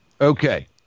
Okay